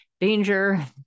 danger